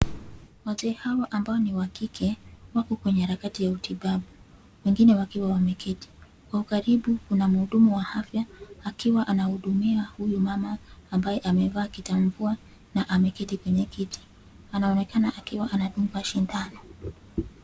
Wazee hawa ambao ni wa kike wapo kwenye harakati ya utibabu, wengine wakiwa mwameketi. Kwa ukaribu kuna mhudumu wa afya akiwa anahudumia huyu mama ambaye amevaa kitambua na ameketi kwenye kiti. Anaonekana akiwa anadungwa shindano.